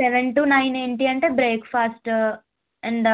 seven two nine ఏంటి అంటే breakfast and